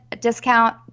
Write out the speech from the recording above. discount